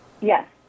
Yes